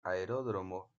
aeródromo